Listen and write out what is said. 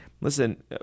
listen